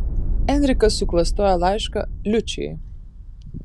enrikas suklastoja laišką liučijai